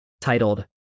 titled